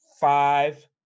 five